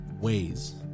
ways